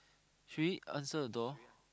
should we answer the door